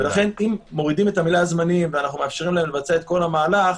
לכן אם אנחנו מורידים את המילה "זמניים" ומאפשרים להם לבצע את כל המהלך,